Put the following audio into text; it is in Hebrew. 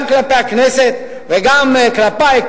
גם כלפי הכנסת וגם כלפי,